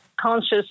conscious